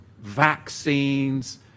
Vaccines